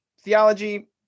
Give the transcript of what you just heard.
theology